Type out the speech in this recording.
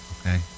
okay